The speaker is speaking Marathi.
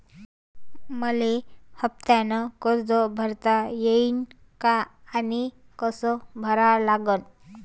मले हफ्त्यानं कर्ज भरता येईन का आनी कस भरा लागन?